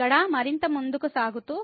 ఇక్కడ మరింత ముందుకు సాగుతూ